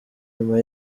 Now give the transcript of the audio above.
nyuma